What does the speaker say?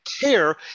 care